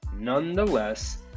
Nonetheless